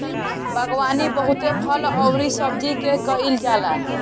बागवानी बहुते फल अउरी सब्जी के कईल जाला